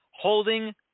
holding